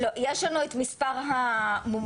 יש לנו את מספר המומחים.